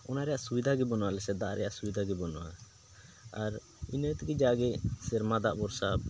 ᱚᱱᱟ ᱨᱮᱭᱟᱜ ᱥᱩᱵᱤᱫᱷᱟ ᱜᱮ ᱵᱟᱹᱱᱩᱜᱼᱟ ᱟᱞᱮ ᱥᱮᱫ ᱫᱟᱜ ᱨᱮᱭᱟᱜ ᱥᱩᱵᱤᱫᱷᱟ ᱜᱮ ᱵᱟᱹᱱᱩᱜᱼᱟ ᱟᱨ ᱤᱱᱟᱹ ᱛᱮᱜᱮ ᱡᱟᱜᱮ ᱥᱮᱨᱢᱟ ᱫᱟᱜ ᱵᱷᱚᱨᱥᱟ